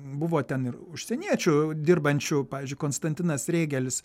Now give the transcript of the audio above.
buvo ten ir užsieniečių dirbančių pavyzdžiui konstantinas rėgelis